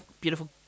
Beautiful